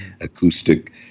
acoustic